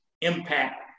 impact